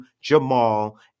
Jamal